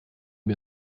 wir